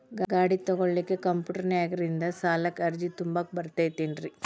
ಗಾಡಿ ತೊಗೋಳಿಕ್ಕೆ ಕಂಪ್ಯೂಟೆರ್ನ್ಯಾಗಿಂದ ಸಾಲಕ್ಕ್ ಅರ್ಜಿ ತುಂಬಾಕ ಬರತೈತೇನ್ರೇ?